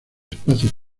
espacio